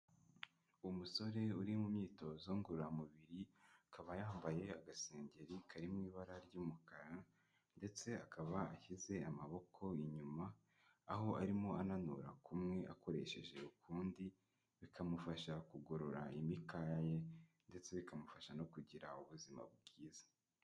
Umusore uri mu myitozo ngororamubiri, akaba yambaye agasengeri kari mu ibara ry'umukara ndetse akaba ashyize amaboko inyuma, aho arimo ananura kumwe akoresheje ukundi, bikamufasha kugorora imikaya ye ndetse bikamufasha no kugira ubuzima bwiza.